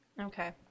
Okay